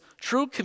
true